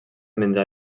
menjar